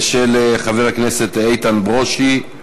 של חבר הכנסת איתן ברושי.